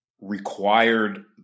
required